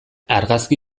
argazki